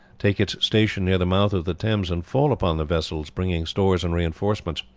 take its station near the mouth of the thames and fall upon the vessels bringing stores and reinforcements.